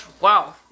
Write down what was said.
Wow